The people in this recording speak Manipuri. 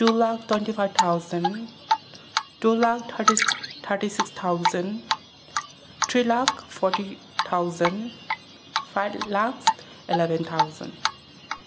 two lakh twenty five thousand two lakh thirty thirty six thousand three lakh forty thousand five lakhs eleven thousand